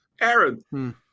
Aaron